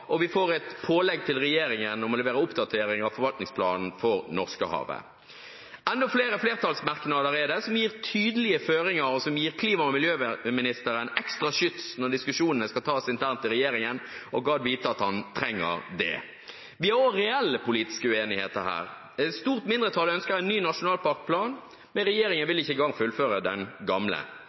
Og vi får et pålegg til regjeringen om å levere oppdateringer av forvaltningsplanen for Norskehavet. Det er enda flere flertallsmerknader som gir tydelige føringer, og som gir klima- og miljøvernministeren ekstra skyts når diskusjonene skal tas internt i regjeringen – og gadd vite om han trenger det. Vi har også reelle politiske uenigheter her. Et stort mindretall ønsker en ny nasjonalparkplan, men regjeringen vil ikke engang fullføre den gamle.